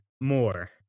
more